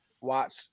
watch